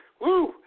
Woo